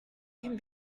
can